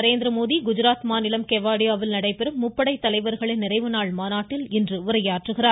நரேந்திரமோடி குஜராத் மாநிலம் கெவாடியாவில் நடைபெறும் முப்படைத் தலைவர்களின் நிறைவு நாள் மாநாட்டில் இன்று உரையாற்றுகிறார்